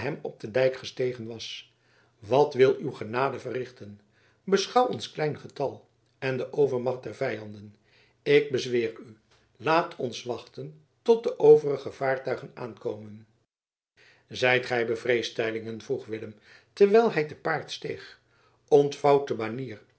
op den dijk gestegen was wat wil uw genade verrichten beschouw ons klein getal en de overmacht der vijanden ik bezweer u laat ons wachten tot de overige vaartuigen aankomen zijt gij bevreesd teylingen vroeg willem terwijl hij te paard steeg ontvouwt de banier